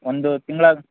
ಒಂದು ತಿಂಗ್ಳ